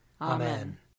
Amen